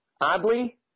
oddly